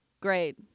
great